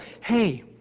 Hey